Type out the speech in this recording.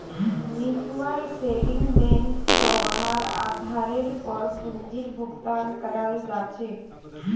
mutual saving bank स वहार आधारेर पर पूंजीर भुगतान कराल जा छेक